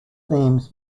themes